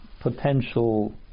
potential